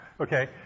okay